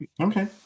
Okay